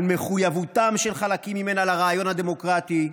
על מחויבותם של חלקים ממנה לרעיון הדמוקרטי,